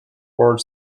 board